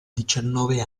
diciannove